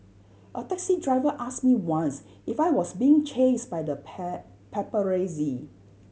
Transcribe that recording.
a taxi driver asked me once if I was being chased by the pie paparazzi